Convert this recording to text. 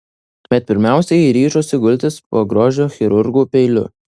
bet pirmiausia ji ryžosi gultis po grožio chirurgų peiliu